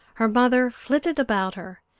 her mother flitted about her,